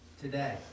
today